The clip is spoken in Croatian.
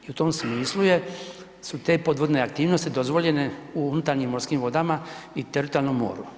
I u tom smislu je, su te podvodne aktivnosti dozvoljene u unutarnjim morskim vodama i teritorijalnom moru.